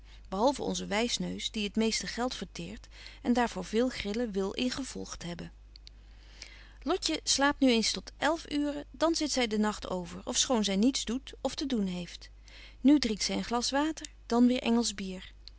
behalven onze wysneus die het meeste geld verteert en daar voor veel grillen wil ingevolgt hebben lotje slaapt nu eens tot elf uuren dan zit zy den nagt over ofschoon zy niets doet of te doen heeft nu drinkt zy een glas water dan weer engelsch bier